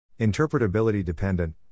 Interpretability-dependent